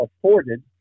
afforded